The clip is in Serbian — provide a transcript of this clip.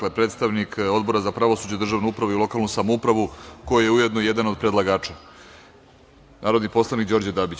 Reč ima predstavnik Odbora za pravosuđe, državnu upravu i lokalnu samoupravu, koji je ujedno i jedan od predlagača, narodni poslanik Đorđe Dabić.